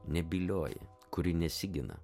nebylioji kuri nesigina